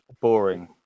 boring